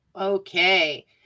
Okay